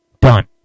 Done